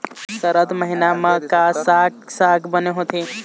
सरद महीना म का साक साग बने होथे?